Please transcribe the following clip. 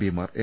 പിമാർ എം